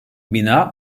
bina